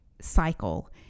cycle